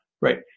Right